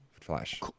Flash